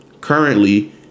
currently